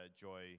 Joy